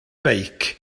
beic